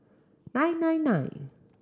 nine nine nine